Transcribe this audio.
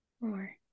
more